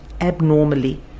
abnormally